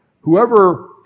Whoever